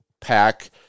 pack